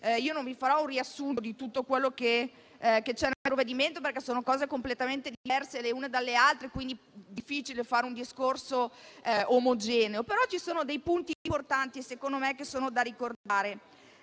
Non vi farò un riassunto di tutto quello che c'è nel provvedimento perché si tratta di misure completamente diverse le une dalle altre e appare difficile fare un discorso omogeneo. Ci sono però dei punti importanti che secondo me sono da ricordare.